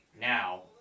now